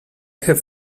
have